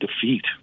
defeat